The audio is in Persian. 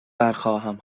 برخواهم